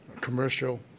commercial